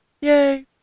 yay